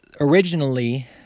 originally